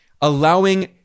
allowing